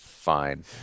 Fine